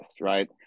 right